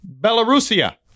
Belarusia